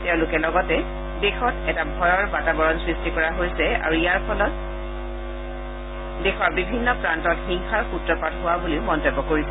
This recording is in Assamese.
তেওঁলোকে লগতে দেশত এটা ভয়ৰ বাতাবৰণ সৃষ্টি কৰা হৈছে আৰু ইয়াৰ ফলত দেশৰ বিভিন্ন প্ৰান্তত হিংসাৰ সূত্ৰপাত হোৱা বুলি মন্তব্য কৰিছে